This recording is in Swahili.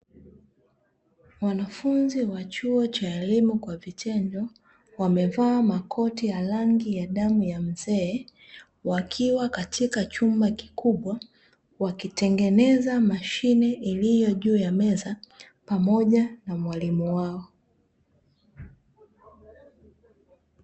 Wanafunzi wa chuo cha elimu kwa vitendo wamevaa makoti ya rangi ya damu ya mzee, wakiwa katika chumba kikubwa, wakitengeneza mashine iliyo juu ya meza pamoja na mwalimu wao.